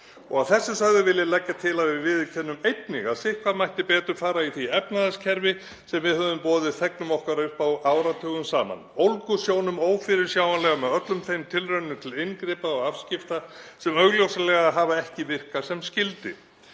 þessu sögðu vil ég leggja til að við viðurkennum einnig að sitthvað mætti betur fara í því efnahagskerfi sem við höfum boðið þegnum okkar upp á áratugum saman, ólgusjónum ófyrirsjáanlega með öllum þeim tilraunum til inngripa og afskipta sem augljóslega hafa ekki virkað sem skyldi.